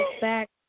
back